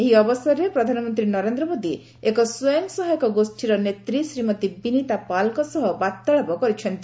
ଏହି ଅବସରରେ ପ୍ରଧାନମନ୍ତ୍ରୀ ନରେନ୍ଦ୍ର ମୋଦି ଏକ ସ୍ୱୟଂସହାୟକ ଗୋଷ୍ଠୀର ନେତ୍ରୀ ଶ୍ରୀମତୀ ବିନିତା ପାଲଙ୍କ ସହ ବାର୍ତ୍ତାଳାପ କରିଛନ୍ତି